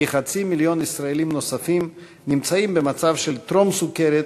כחצי מיליון ישראלים נוספים נמצאים במצב של טרום-סוכרת,